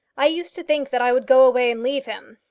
i used to think that i would go away and leave him.